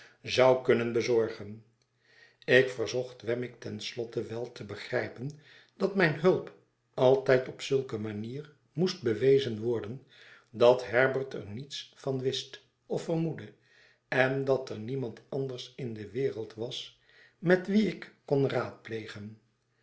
zou kunnen bezorgen ik verzocht wemmick ten slotte wel te begrijpen dat mijne hulp altijd op zulke manier moest bewezen worden dat herbert er niets van wist of vermoedde en dat er niemand anders in de wereld was met wien ik kon raadplegen